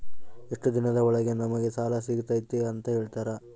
ಎಷ್ಟು ದಿನದ ಒಳಗೆ ನಮಗೆ ಸಾಲ ಸಿಗ್ತೈತೆ ಅಂತ ಹೇಳ್ತೇರಾ?